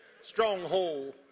stronghold